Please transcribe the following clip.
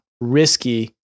risky